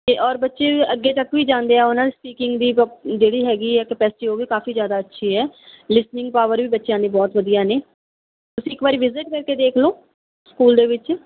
ਅਤੇ ਔਰ ਬੱਚੇ ਵੀ ਅੱਗੇ ਤੱਕ ਵੀ ਜਾਂਦੇ ਆ ਉਹਨਾਂ ਨੂੰ ਸਪੀਕਿੰਗ ਦੀ ਜਿਹੜੀ ਹੈਗੀ ਕਪੈਸਿਟੀ ਉਹ ਵੀ ਕਾਫ਼ੀ ਜ਼ਿਆਦਾ ਅੱਛੀ ਹੈ ਲਿਸਨਿੰਗ ਪਾਵਰ ਵੀ ਬੱਚਿਆਂ ਦੀ ਬਹੁਤ ਵਧੀਆ ਨੇ ਤੁਸੀਂ ਇੱਕ ਵਾਰ ਵਿਜਿਟ ਕਰਕੇ ਦੇਖ ਲਓ ਸਕੂਲ ਦੇ ਵਿੱਚ